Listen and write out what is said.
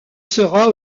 sera